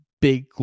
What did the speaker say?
big